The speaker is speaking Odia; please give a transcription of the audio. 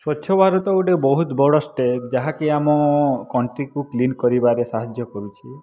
ସ୍ୱଚ୍ଛ ଭାରତ ଗୋଟେ ବହୁତ ବଡ଼ ସ୍ଟେପ୍ ଯାହାକି ଆମ କଣ୍ଟ୍ରିକୁ କ୍ଲିନ୍ କରିବାରେ ସାହାଯ୍ୟ କରୁଛି